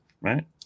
right